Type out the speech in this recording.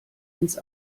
ins